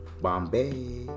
Bombay